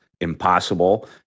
impossible